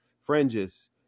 fringes